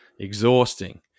exhausting